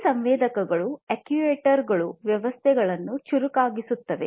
ಈ ಸಂವೇದಕಗಳು ಅಕ್ಚುಯೇಟರ್ ಗಳು ವ್ಯವಸ್ಥೆಗಳನ್ನು ಚುರುಕಾಗಿಸುತ್ತದೆ